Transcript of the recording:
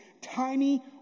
tiny